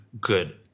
good